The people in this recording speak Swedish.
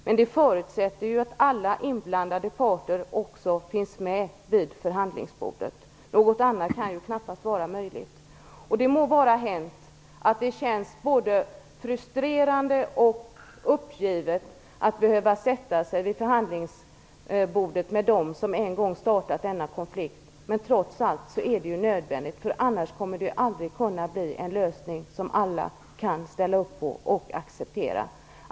Men det förutsätter ju att alla inblandade parter finns med vid förhandlingsbordet. Något annat kan knappast vara möjligt. Det må vara hänt att det känns både frustrerande och uppgivet att behöva sätta sig vid förhandlingsbordet med dem som en gång startat denna konflikt. Trots allt är det nödvändigt. Annars kommer det att aldrig kunna bli en lösning som alla kan ställa upp på och acceptera.